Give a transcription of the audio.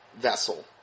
vessel